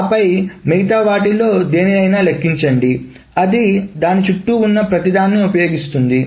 ఆపై మిగతా వాటిలో దేనినైనా లెక్కించండి అది దాని చుట్టూ ఉన్న ప్రతిదాన్ని ఉపయోగిస్తుంది